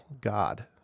God